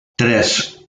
tres